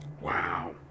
Wow